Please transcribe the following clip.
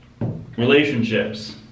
Relationships